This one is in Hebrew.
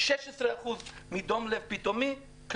16% מדום לב פתאומי,